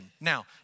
Now